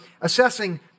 assessing